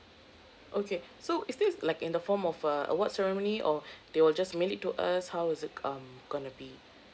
okay so is this like in the form of a award ceremony or they will just mail it to us how is it um gonna be